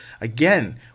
again